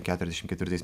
keturiasdešim ketvirtais